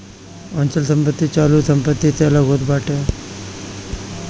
अचल संपत्ति चालू संपत्ति से अलग होत बाटे